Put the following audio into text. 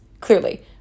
clearly